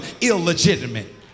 illegitimate